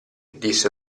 disse